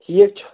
ٹھیٖک چھُ